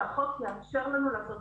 כשהמדינה כינתה אותנו "מטען